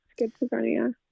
schizophrenia